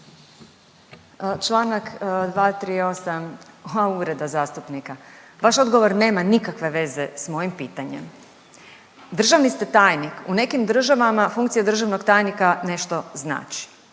Članak 238. ha ureda zastupnika, vaš odgovor nema nikakve veza s mojom pitanjem. Državni ste tajnik, u nekim državama funkcija državnog tajnika nešto znači,